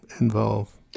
involve